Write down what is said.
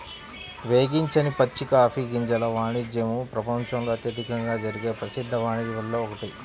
వేగించని పచ్చి కాఫీ గింజల వాణిజ్యము ప్రపంచంలో అత్యధికంగా జరిగే ప్రసిద్ధ వాణిజ్యాలలో ఒకటి